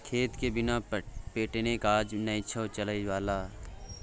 खेतके बिना पटेने काज नै छौ चलय बला